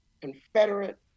Confederate